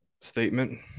statement